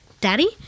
Daddy